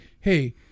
Hey